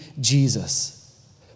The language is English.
Jesus